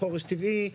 חורש טבעי,